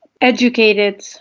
educated